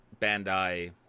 Bandai